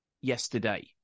yesterday